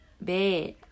bed